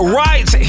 right